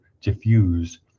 diffuse